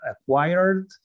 acquired